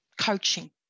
coaching